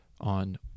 on